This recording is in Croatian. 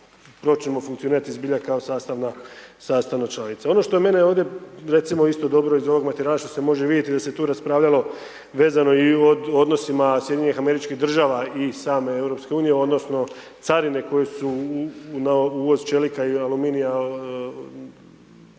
počnemo funkcionirati zbilja kao sastavna članica. Ono što je meni ovdje recimo isto dobro, iz ovog materijala što se može vidjeti da se tu raspravljalo vezano i u odnosima SAD-a i same EU odnosno carine koje su na uvoz čelika i aluminija,